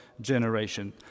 generation